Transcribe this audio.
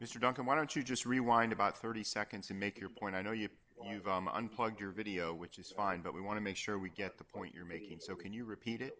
mr duncan why don't you just rewind about thirty seconds to make your point i know your own vomit unplug your video which is fine but we want to make sure we get the point you're making so can you repeat